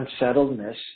unsettledness